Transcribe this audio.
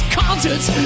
concerts